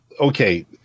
okay